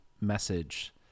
message